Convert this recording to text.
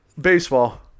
baseball